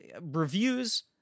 reviews